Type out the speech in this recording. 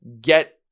get